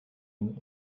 you